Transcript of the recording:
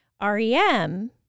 REM